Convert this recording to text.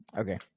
Okay